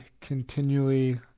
continually